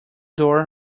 door